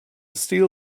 steel